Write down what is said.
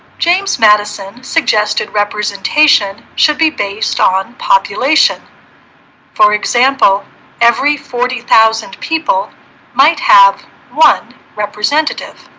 james madison suggested representation should be based on population for example every forty thousand people might have one representative